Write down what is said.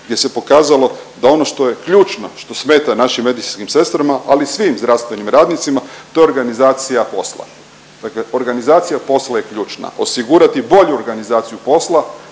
gdje se pokazalo da ono što je ključno što smeta našim medicinskim sestrama, ali i svim zdravstvenim radnicima to je organizacija posla. Dakle, organizacija posla je ključna. Osigurati bolju organizaciju posla,